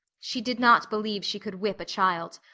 she did not believe she could whip a child.